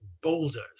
boulders